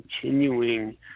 continuing